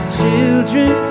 children